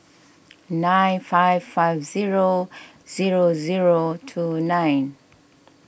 nine five five zero zero zero two nine